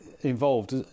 involved